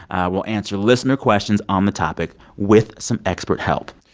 we'll answer listener questions on the topic with some expert help.